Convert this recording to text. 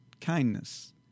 kindness